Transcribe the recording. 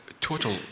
total